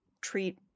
treat